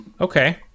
Okay